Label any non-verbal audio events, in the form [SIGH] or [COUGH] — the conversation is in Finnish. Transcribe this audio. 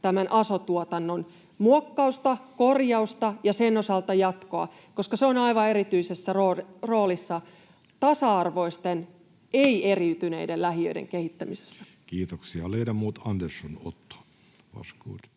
tämän aso-tuotannon muokkausta, korjausta ja sen osalta jatkoa, koska se on aivan erityisessä roolissa tasa-arvoisten, [NOISE] ei-eriytyneiden lähiöiden kehittämisessä. Kiitoksia. — Ledamot Andersson, Otto,